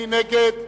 מי נגד?